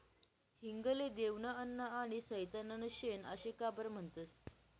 हिंग ले देवनं अन्न आनी सैताननं शेन आशे का बरं म्हनतंस?